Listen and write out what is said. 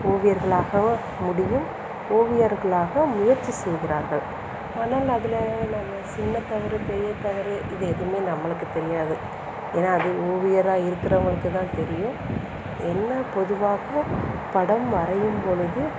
ஓவியர்களாக முடியும் ஓவியர்களாக முயற்சி செய்கிறார்கள் ஆனால் அதில் நாங்கள் சின்ன தவறு பெரிய தவறு இது எதுவுமே நம்மளுக்கு தெரியாது ஏன்னா அது ஓவியராக இருக்கிறவுங்குளுக்கு தான் தெரியும் என்ன பொதுவாக படம் வரையும் பொழுது